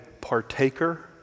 partaker